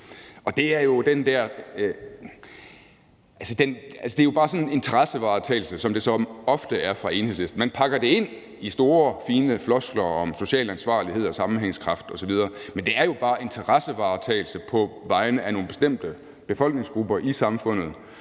det er jo bare sådan en interessevaretagelse, som det så ofte er fra Enhedslisten: Man pakker det ind i store fine floskler om social ansvarlighed og sammenhængskraft osv., men det er jo bare interessevaretagelse på vegne af nogle bestemte befolkningsgrupper i samfundet,